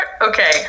Okay